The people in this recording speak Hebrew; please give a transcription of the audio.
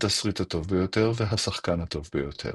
התסריט הטוב ביותר והשחקן הטוב ביותר.